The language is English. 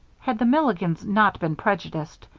had the milligans not been prejudiced,